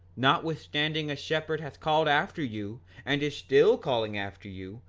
notwithstanding a shepherd hath called after you and is still calling after you,